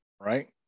right